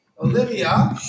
Olivia